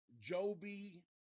Joby